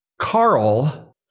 Carl